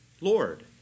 Lord